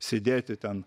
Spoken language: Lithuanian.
sėdėti ten